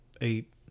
eight